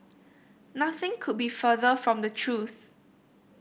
nothing could be further from the truth